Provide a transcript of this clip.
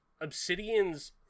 Obsidian's